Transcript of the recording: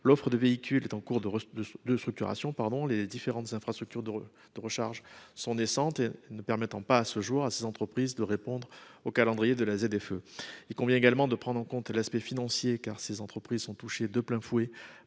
L'offre de véhicules est en cours de structuration, tandis que les différentes infrastructures de recharge sont naissantes et ne permettent pas, à ce jour, à ces entreprises de répondre au calendrier de la ZFE. Il convient également de prendre en compte l'aspect financier, car ces entreprises sont touchées de plein fouet